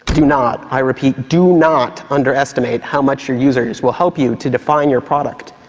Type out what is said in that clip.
do not, i repeat, do not underestimate how much your user use will help you to define your product.